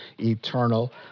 eternal